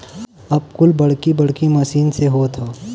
अब कुल बड़की बड़की मसीन से होत हौ